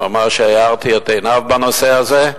הוא אמר שהארתי את עיניו בנושא הזה.